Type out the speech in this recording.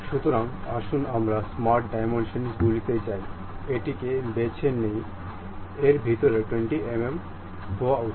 সুতরাং আসুন আমরা স্মার্ট ডাইমেনশন্স গুলিতে যাই এটিকে বেছে নেব ভিতরে 20 mm হওয়া উচিত